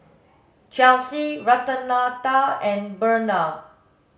Chelsy Renata and Brenna